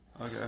Okay